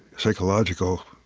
psychological,